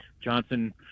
Johnson